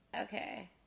Okay